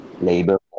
labor